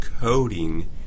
coding